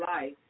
life